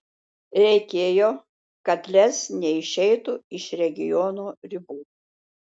reikėjo kad lez neišeitų iš regiono ribų